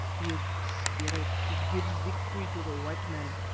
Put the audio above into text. he is the spirit who gives victory to the white men,